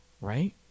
right